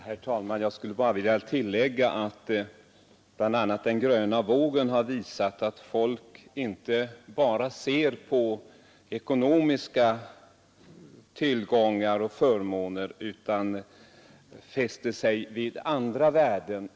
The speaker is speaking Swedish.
Herr talman! Jag skulle bara vilja tillägga att bl.a. den gröna vågen har visat att folk inte endast ser på ekonomiska tillgångar och förmåner utan fäster sig vid andra värden.